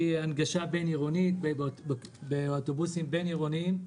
להנגשה באוטובוסים בין-עירוניים,